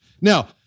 Now